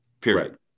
Period